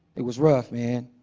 it was rough, man.